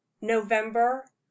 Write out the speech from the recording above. november